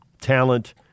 Talent